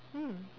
mm